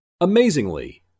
Amazingly